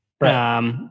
Right